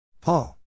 Paul